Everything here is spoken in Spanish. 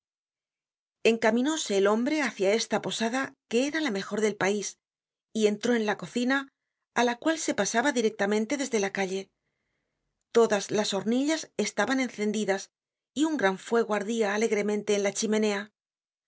at encaminóse el hombre hacia esta posada que era la mejor del pais y entró en la cocina á la cual se pasaba directamente desde la calle todas las hornillas estaban encendidas y un gran fuego ardia alegremente en la chimenea